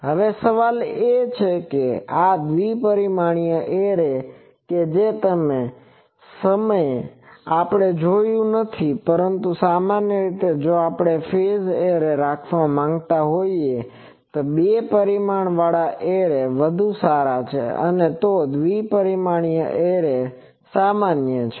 હવે સવાલ એ છે કે આ દ્વિ પરિમાણીય એરે છે કે જે તે સમયે આપણે જોયું નથી પરંતુ સામાન્ય રીતે જો આપણે ફેઝ એરે રાખવા માંગતા હોઈ તો બે પરિમાણવાળા એરે વધુ સારા છે અને તો દ્વિ પરિમાણીય એરે સામાન્ય છે